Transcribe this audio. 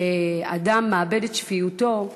שאדם מאבד את שפיותו,